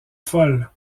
folle